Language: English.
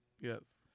Yes